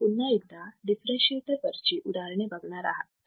तुम्ही पुन्हा एकदा डिफरेंशीएटर वरची उदाहरणे बघणार आहात